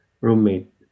roommate